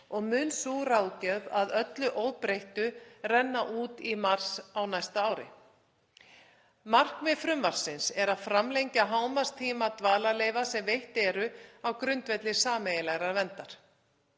og mun sú ráðstöfun að öllu óbreyttu renna út í mars á næsta ári. Markmið frumvarpsins er að framlengja hámarkstíma dvalarleyfa sem veitt eru á grundvelli sameiginlegrar verndar